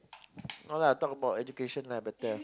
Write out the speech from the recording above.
no lah talk about education lah better